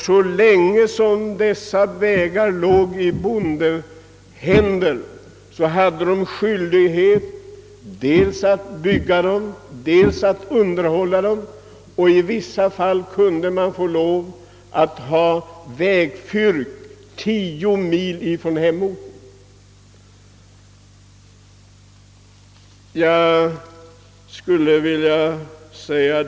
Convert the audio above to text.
Så länge dessa vägar låg i bondehänder hade bönderna skyldighet att bygga dem, att underhålla dem och i vissa fall att hålla vägfyrk 10 mil ifrån hemorten.